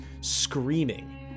screaming